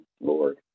Lord